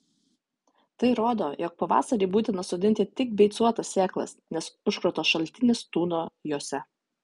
tai rodo jog pavasarį būtina sodinti tik beicuotas sėklas nes užkrato šaltinis tūno jose